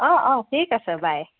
অঁ অঁ ঠিক আছে বাই